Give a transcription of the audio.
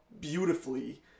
beautifully